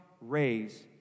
raise